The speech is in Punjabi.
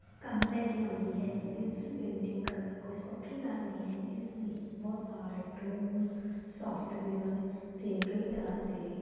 ਕੰਮ ਲੈ ਕੇ ਆਉਂਦੀ ਹੈ ਡਿਜੀਟਲ ਪੇਂਟਿੰਗ ਕਰਨੀ ਕੋਈ ਸੌਖੀ ਗੱਲ ਨਹੀਂ ਹੈ ਇਸ ਲਈ ਬਹੁਤ ਸਾਰੇ ਟੂਲ ਸੋਫਟਵੇਅਰ ਅਤੇ ਕਈ ਤਰ੍ਹਾਂ ਦੇ